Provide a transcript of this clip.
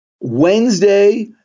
Wednesday